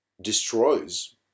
destroys